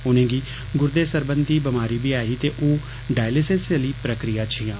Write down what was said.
उनेंगी गुर्दे सरबंधी बमारी बी ऐ हीते ओह् डायलिसिस आली प्रक्रिया च हियां